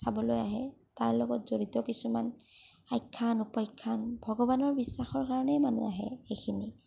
চাবলৈ আহে তাৰ লগত জড়িত কিছুমান আখ্যান উপাখ্যান ভগৱানৰ বিশ্বাসৰ কাৰণেই মানুহ আহে এইখিনি